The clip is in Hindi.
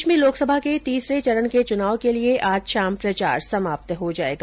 देश में लोकसभा के तीसरे चरण के चुनाव के लिए आज शाम प्रचार समाप्त हो जाएगा